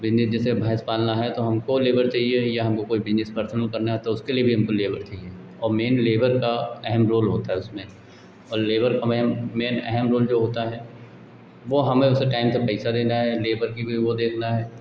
business जैसे भैँस पालना है तो हमको लेबर चाहिए या हमको कोई बिज़नेस पर्सनल करना है तो उसके लिए भी हमको लेबर चाहिए और मेन लेबर का अहम रोल होता है उसमें और लेबर हमें मेन अहम रोल जो होता है वह हमें उसे टाइम से पैसा देना है लेबर की भी वह देखना है